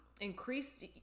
increased